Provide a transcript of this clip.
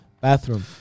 bathroom